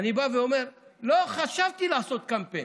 אני בא ואומר: לא חשבתי לעשות קמפיין.